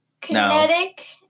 kinetic